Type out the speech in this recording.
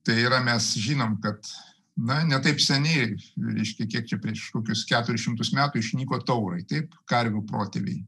tai yra mes žinom kad na ne taip seniai reiškia kiek prieš kokius keturis šimtus metų išnyko taurai taip karvių protėviai